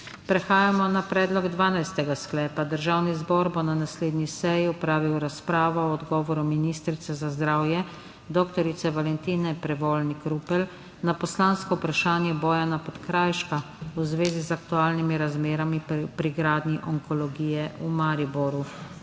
Prehajamo na predlog dvanajstega sklepa: Državni zbor bo na naslednji seji opravil razpravo o odgovoru ministrice za zdravje dr. Valentine Prevolnik Rupel na poslansko vprašanje Bojana Podkrajška v zvezi z aktualnimi razmerami pri gradnji onkologije v Mariboru.